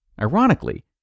Ironically